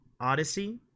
Odyssey